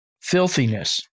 Filthiness